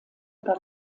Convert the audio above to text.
aber